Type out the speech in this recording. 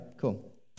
Cool